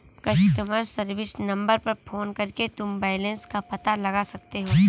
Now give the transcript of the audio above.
customer service number पर phone करके तुम बैलन्स का पता लगा सकते हो